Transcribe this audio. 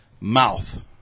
Mouth